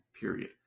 period